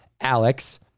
Alex